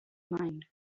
mind